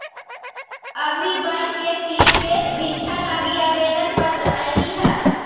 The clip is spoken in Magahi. अभी बैंक के क्लर्क के रीक्षा लागी आवेदन पत्र आएलई हल